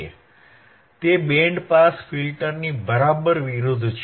તે band pass ફિલ્ટરની બરાબર વિરુદ્ધ છે